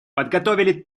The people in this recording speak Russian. подготовили